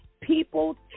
people